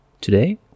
Today